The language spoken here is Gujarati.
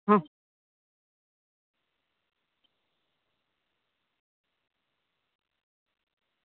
હં